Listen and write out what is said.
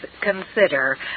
consider